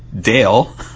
Dale